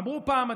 אמרו פעם,